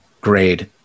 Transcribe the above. grade